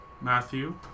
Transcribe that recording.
Matthew